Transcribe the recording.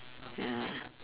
ya